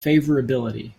favorability